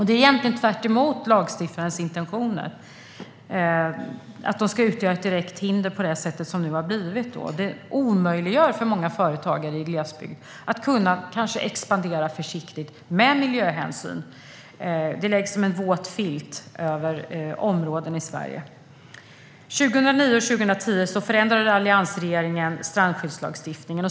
Det är egentligen tvärtemot lagstiftarens intentioner att reglerna ska utgöra ett direkt hinder på detta sätt. Det omöjliggör för många företagare i glesbygd att expandera försiktigt men med miljöhänsyn. Det läggs som en våt filt över områden i Sverige. Under 2009 och 2010 förändrade alliansregeringen strandskyddslagstiftningen.